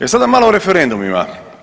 E sada malo o referendumima.